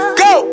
go